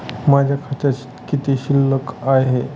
माझ्या खात्यात किती शिल्लक आहे?